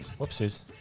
Whoopsies